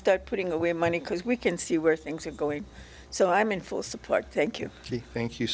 start putting away money because we can see where things are going so i'm in full support thank you thank you